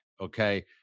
okay